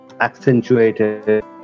accentuated